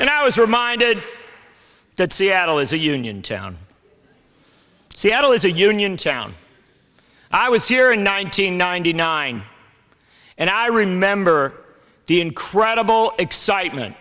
is reminded that seattle is a union town seattle is a union town i was here in nine hundred ninety nine and i remember the incredible excitement